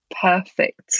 perfect